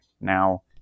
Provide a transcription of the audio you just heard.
now